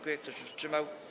Kto się wstrzymał?